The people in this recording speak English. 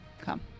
Come